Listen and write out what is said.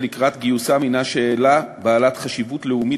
לקראת גיוסם הנה שאלה בעלת חשיבות לאומית,